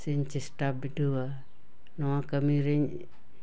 ᱥᱮᱧ ᱪᱮᱥᱴᱟ ᱵᱤᱰᱟᱹᱣᱟ ᱱᱚᱣᱟ ᱠᱟᱹᱢᱤᱨᱮᱧ